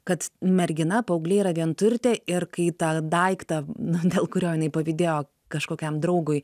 kad mergina paauglė yra vienturtė ir kai tą daiktą na dėl kurio jinai pavydėjo kažkokiam draugui